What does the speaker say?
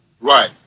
Right